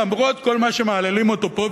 שלמרות כל מה שמהללים אותו פה,